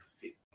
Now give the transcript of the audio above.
fit